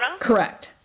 Correct